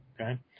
Okay